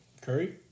Curry